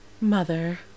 Mother